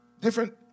different